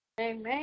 Amen